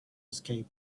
escape